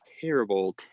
terrible